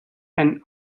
and